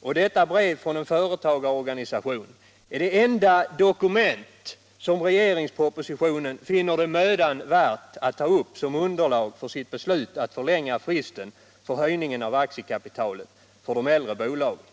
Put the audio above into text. Och detta brev från en företagarorganisation är det enda dokument som regeringspropositionen finner det mödan värt att ta upp som underlag för förslaget att förlänga fristen för höjningen av aktiekapitalet för de äldre bolagen.